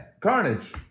Carnage